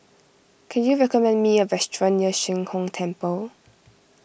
can you recommend me a restaurant near Sheng Hong Temple